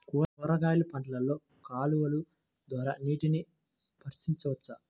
కూరగాయలు పంటలలో కాలువలు ద్వారా నీటిని పరించవచ్చా?